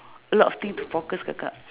a lot of thing to focus kakak